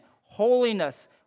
holiness